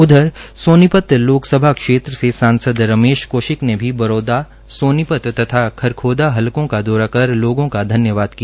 उधर सोनीपत लोकसभा क्षेत्र के सांसद रमेश कौशिक ने भी बरौदा सोनीपत तथा खरखौदा हलकों का दौरा कर लोगों का धन्यवाद किया